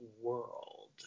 world